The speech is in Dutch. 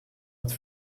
het